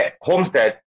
Homestead